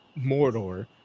Mordor